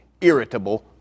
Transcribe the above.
irritable